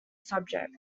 subject